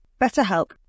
BetterHelp